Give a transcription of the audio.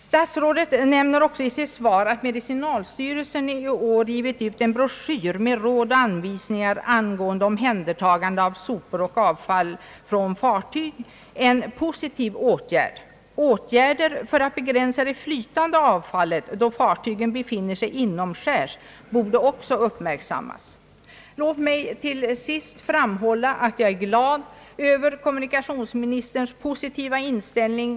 Statsrådet omtalar också i sitt svar att medicinalstyrelsen i år har givit ut en broschyr med råd och anvisningar angående omhändertagande av sopor och avfall från fartyg, vilket jag betraktar som en positiv åtgärd. Åtgärder för att begränsa det flytande avfallet, då fartygen befinner sig inomskärs, borde också uppmärksammas. Låt mig till sist framhålla att jag är glad över kommunikationsministerns positiva inställning.